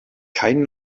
kein